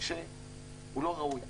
לא ראויות.